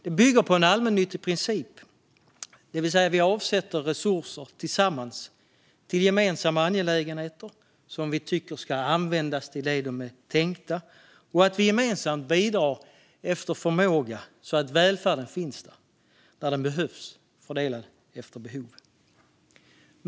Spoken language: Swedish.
Detta bygger på en allmännyttig princip, det vill säga att vi avsätter resurser tillsammans, till gemensamma angelägenheter som vi tycker ska användas till det de är tänkta för, och att vi gemensamt bidrar efter förmåga så att välfärden finns där den behövs fördelad efter behov.